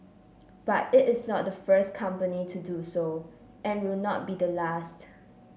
but it is not the first company to do so and will not be the last